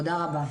תודה רבה.